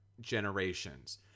generations